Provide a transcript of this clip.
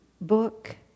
book